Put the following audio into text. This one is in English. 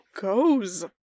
goes